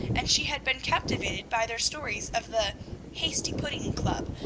and she had been captivated by their stories of the hasty pudding club,